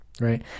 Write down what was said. right